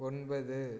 ஒன்பது